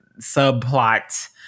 subplot